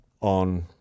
on